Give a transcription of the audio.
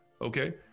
Okay